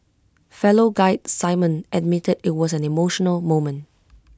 fellow guide simon admitted IT was an emotional moment